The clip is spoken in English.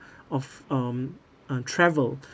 of um um travel